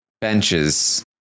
benches